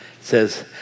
says